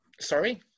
sorry